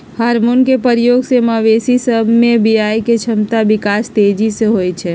hormone के प्रयोग से मवेशी सभ में बियायके क्षमता विकास तेजी से होइ छइ